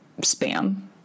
spam